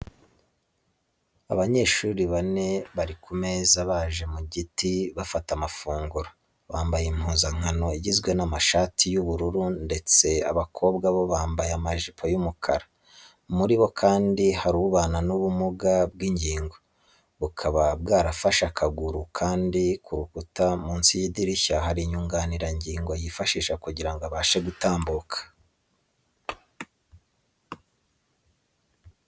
Abanyeshuri bane bari ku meza abaje mu giti bafata amafunguro, bambaye impuzankano igizwe n'amashati y'ubururu ndetse abakobwa bo bambaye amajipo y'umukara. Muri bo kandi hari ubana n'ubumuga bw'ingingo, bukaba bwarafashe akaguru kandi ku rukuta munsi y'idirishya hari inyunganirangingo yifashisha kugira ngo abashe gutambuka.